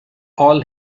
all